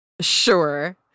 Sure